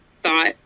thought